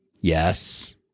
yes